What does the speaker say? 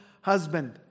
husband